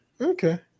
Okay